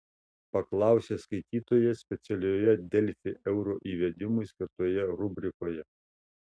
paklausė skaitytojas specialioje delfi euro įvedimui skirtoje rubrikoje